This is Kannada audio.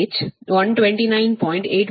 72 ಡಿಗ್ರಿ KV